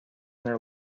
their